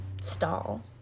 stall